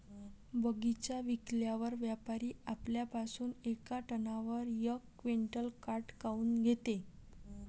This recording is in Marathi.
बगीचा विकल्यावर व्यापारी आपल्या पासुन येका टनावर यक क्विंटल काट काऊन घेते?